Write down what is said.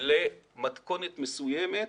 למתכונת מסוימת,